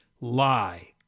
lie